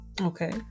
Okay